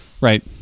right